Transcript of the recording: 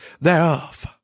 thereof